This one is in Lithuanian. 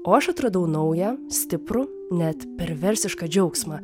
o aš atradau naują stiprų net perversišką džiaugsmą